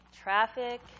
traffic